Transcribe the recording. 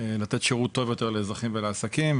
לתת שירות טוב יותר לאזרחים ולעסקים.